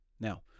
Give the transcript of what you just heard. Now